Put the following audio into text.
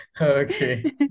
Okay